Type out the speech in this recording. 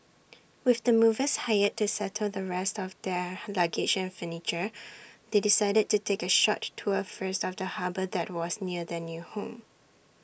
with the movers hired to settle the rest of their luggage and furniture they decided to take A short tour first of the harbour that was near their new home